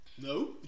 No